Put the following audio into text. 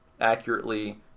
accurately